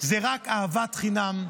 היא רק אהבת חינם.